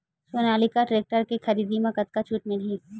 Sonalika tractor के खरीदी मा कतका छूट मीलही?